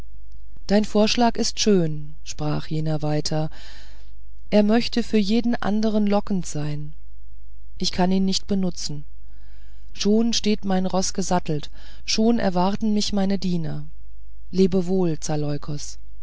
dein vorschlag ist schön sprach jener weiter er möchte für jeden andern lockend sein ich kann ihn nicht benutzen schon steht mein roß gesattelt schon erwarten mich meine diener lebe wohl